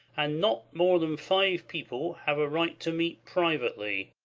and not more than five people have a right to meet privately.